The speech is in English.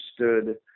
understood